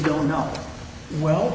don't know well